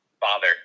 father